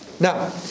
Now